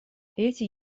эти